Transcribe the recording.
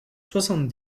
soixante